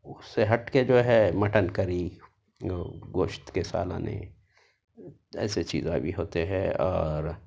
اس سے ہٹ کے جو ہے مٹن کری گوشت کے سالنیں ایسے چیزاں بھی ہوتے ہیں اور